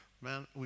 Man